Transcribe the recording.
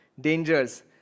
dangers